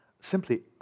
simply